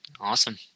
awesome